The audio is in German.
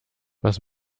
was